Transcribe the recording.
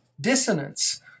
dissonance